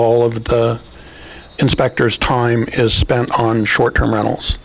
all of the inspectors time is spent on short term rentals